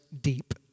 deep